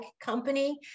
company